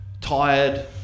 tired